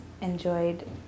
enjoyed